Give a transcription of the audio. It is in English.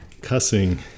cussing